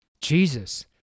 Jesus